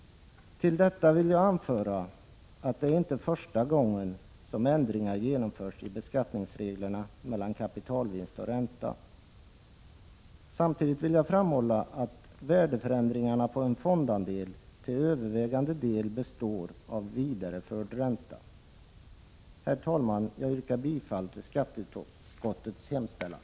Till detta vill jag anföra att det inte är första gången som ändringar genomförs i beskattningsreglerna om kapitalvinst och ränta. Samtidigt vill jag framhålla att värdeförändringarna på en fondandel till övervägande del består av vidareförd ränta. Herr talman! Jag yrkar bifall till skatteutskottets hemställan.